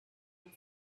and